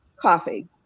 coffee